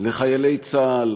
לחיילי צה"ל